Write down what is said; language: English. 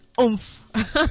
oomph